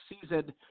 season